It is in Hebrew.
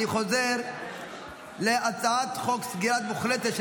אני חוזר להצעת חוק סגירה מוחלטת של